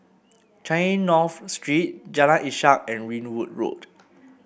Changi North Street Jalan Ishak and Ringwood Road